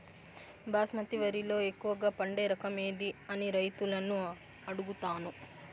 బాస్మతి వరిలో ఎక్కువగా పండే రకం ఏది అని రైతులను అడుగుతాను?